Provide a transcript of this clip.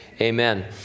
amen